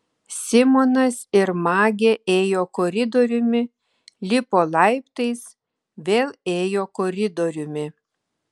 simonas ir magė ėjo koridoriumi lipo laiptais vėl ėjo koridoriumi